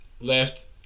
Left